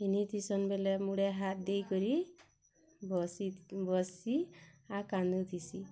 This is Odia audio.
ପିହ୍ନି ଥିସନ୍ ବୋଇଲେ ମୁଡ଼େ ହାତ ଦେଇକରି ବସି ଥି ବସି ଆ କାନ୍ଦୁଥିସି